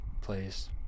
place